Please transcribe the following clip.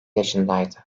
yaşındaydı